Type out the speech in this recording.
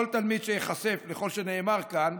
כל תלמיד שייחשף לכל שנאמר כאן,